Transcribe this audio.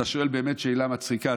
אתה שואל באמת שאלה מצחיקה.